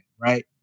right